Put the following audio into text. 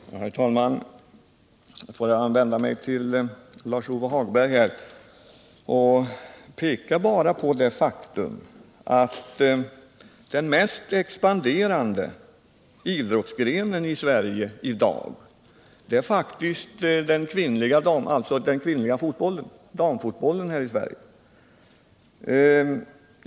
Herr talman! Får jag vända mig till Lars-Ove Hagberg och bara peka på det faktum att den mest expanderande idrottsgrenen i Sverige i dag faktiskt är damfotbollen.